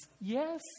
yes